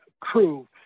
crew